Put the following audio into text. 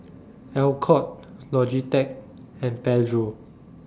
Alcott Logitech and Pedro